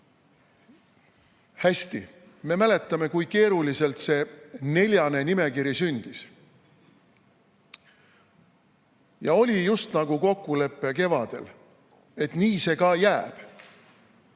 Hästi, me mäletame, kui keeruliselt see neljane nimekiri sündis. Ja oli justnagu kokkulepe kevadel, et nii see ka jääb.